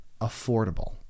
affordable